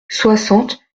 soixante